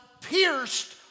pierced